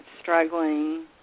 struggling